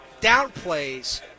downplays